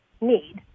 need